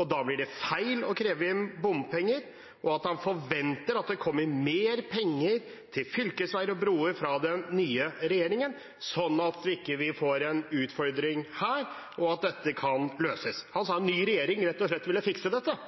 og da blir det feil å kreve inn bompenger, og at han forventer at det kommer mer penger til fylkesveier og broer fra den nye regjeringen, slik at vi ikke får en utfordring her, og at dette kan løses. Han sa at en ny regjering rett og slett ville fikse dette.